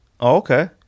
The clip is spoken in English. Okay